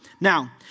Now